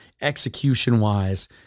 execution-wise